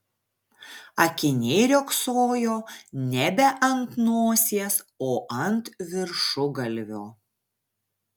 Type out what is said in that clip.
akiniai riogsojo nebe ant nosies o ant viršugalvio